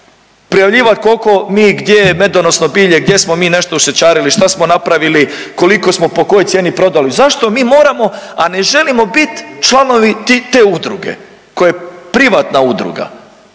prijavljivat koliko mi gdje, medonosno bilje, gdje smo mi nešto ušičarili, šta smo napravili, koliko smo po kojoj cijeni prodali, zašto mi moramo, a ne želimo biti članovi te udruge koja je privatna udruga,